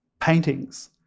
Paintings